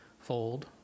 Fold